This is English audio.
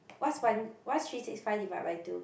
what's one what's three six five divide by two